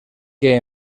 que